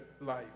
life